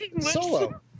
Solo